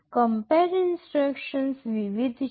compare instructions વિવિધ છે